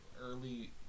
early